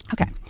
Okay